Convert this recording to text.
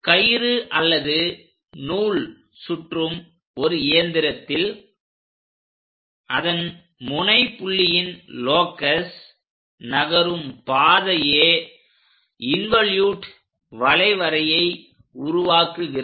கயிறு அல்லது நூல் சுற்றும் ஒரு இயந்திரத்தில் அதன் முனை புள்ளியின் லோகஸ் நகரும் பாதையே இன்வோலூட் வளைவரையை உருவாக்குகிறது